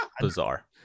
bizarre